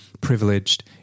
privileged